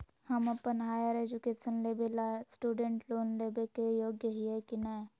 हम अप्पन higher education लेबे ला स्टूडेंट लोन लेबे के योग्य हियै की नय?